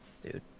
Dude